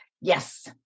Yes